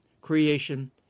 creation